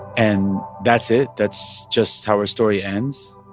and that's it? that's just how her story ends?